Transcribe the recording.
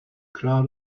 crowd